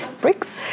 bricks